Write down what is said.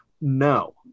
No